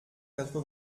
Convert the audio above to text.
quatre